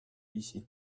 ici